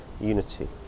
unity